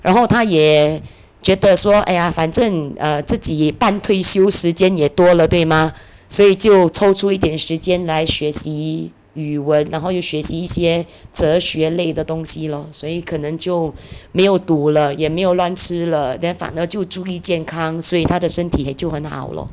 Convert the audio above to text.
然后她也觉得说 !aiya! 反正 err 自己半退休时间也多了对吗所以就抽出一点时间来学习语文然后又学习一些哲学类的东西 lor 所以可能就没有赌了也没有乱吃了 then 反而就注意健康所以她的身体就很好 lor